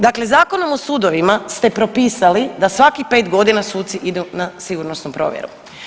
Dakle, Zakonom o sudovima ste propisali da svakih 5 godina suci idu na sigurnosnu provjeru.